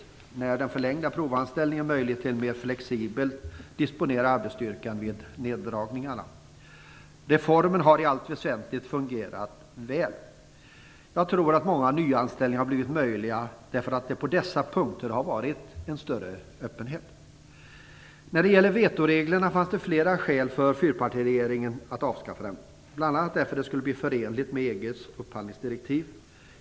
Reformen med den förlängda provanställningen och möjligheten att mer flexibelt disponera arbetsstyrkan vid neddragningar har i allt väsentligt fungerat väl. Jag tror att många nyanställningar har blivit möjliga eftersom det på dessa punkter har blivit en större öppenhet. Det fanns flera skäl för fyrpartiregeringen att avskaffa vetoreglerna. Ett skäl var att det skulle bli förenligt med EG:s upphandlingsdirektiv.